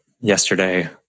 yesterday